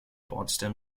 potsdam